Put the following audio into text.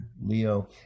Leo